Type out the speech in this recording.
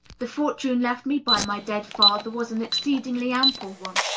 the fortune left me by my dead father was an exceedingly ample one.